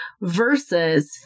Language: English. versus